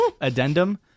Addendum